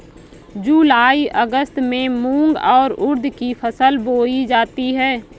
जूलाई अगस्त में मूंग और उर्द की फसल बोई जाती है